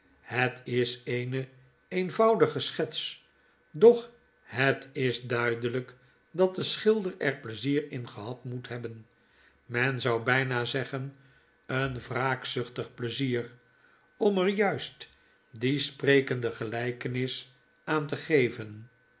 het is eene eenvoudige schets doch het is duidelyk dat de schilderer pleizier in gehad moet hebben men zou byna zeggen een wraakzuchtig pleizier om er juist die sprekende gelykenis aan te geven